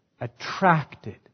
Attracted